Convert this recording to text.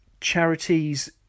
charities